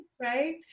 right